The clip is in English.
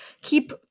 keep